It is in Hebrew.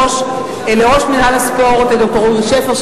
לראש מינהל הספורט ד"ר אורי שפר,